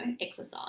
exercise